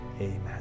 Amen